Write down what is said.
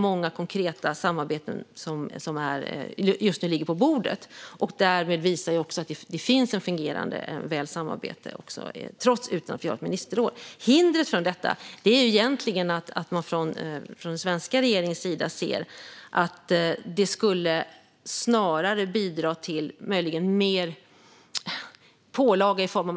Många konkreta samarbeten ligger just nu på bordet. Det visar att det finns ett väl fungerande samarbete trots att vi inte har ett ministerråd. Hindret är egentligen att den svenska regeringen ser att det snarare skulle bidra till mer